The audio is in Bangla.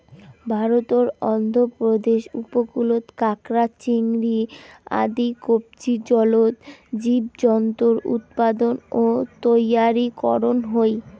ভারতর অন্ধ্রপ্রদেশ উপকূলত কাকড়া, চিংড়ি আদি কবচী জলজ জীবজন্তুর উৎপাদন ও তৈয়ারী করন হই